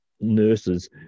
nurses